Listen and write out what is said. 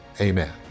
amen